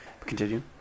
Continue